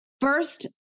First